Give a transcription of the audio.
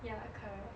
ya correct